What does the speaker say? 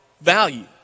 value